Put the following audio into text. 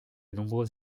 nombreux